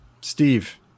Steve